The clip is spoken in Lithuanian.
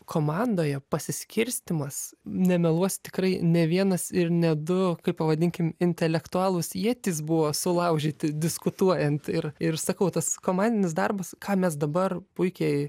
komandoje pasiskirstymas nemeluosiu tikrai ne vienas ir ne du kaip pavadinkim intelektualūs ietys buvo sulaužyti diskutuojant ir ir sakau tas komandinis darbas ką mes dabar puikiai